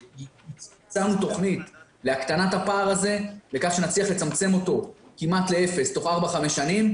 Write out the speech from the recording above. הצענו תוכנית להקטנת הפער הזה בכך שנצליח לצמצם אותו לאפס תוך 4 5 שנים.